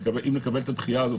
אם נקבל את הדחייה הזאת,